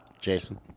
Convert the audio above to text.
Jason